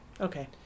Okay